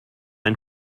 ein